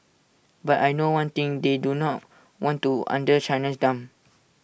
but I know one thing they do not want to under China's thumb